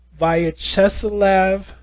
Vyacheslav